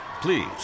Please